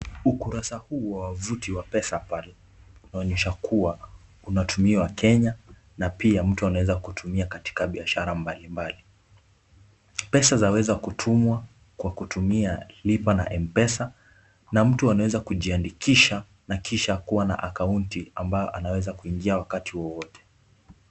Ukurasa huu wa wavuti wa Pesa Pal unaonyesha kuwa unatumiwa Kenya na pia mtu anaweza kukutumia katika biashara mbalimbali. Pesa zaweza kutumwa kwa kutumia lipa na M-Pesa na mtu anaweza kujiandikisha na kisha kuwa na akaunti ambayo anaweza kuingia wakati wowote.